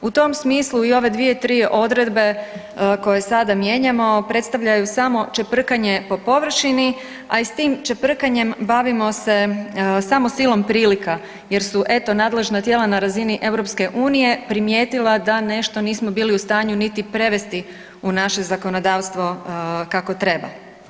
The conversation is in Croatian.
U tom smislu i ove 2, 3 odredbe koje sada mijenjamo, predstavljaju samo čeprkanje po površini a i s tim čeprkanjem bavimo se samo silom prilika jer su eto, nadležna tijela na razini EU-a primijetila da nešto nismo bili u stanju niti prevesti u naše zakonodavstvo kako treba.